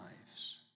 lives